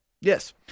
Yes